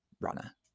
runner